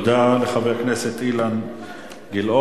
תודה לחבר הכנסת אילן גילאון,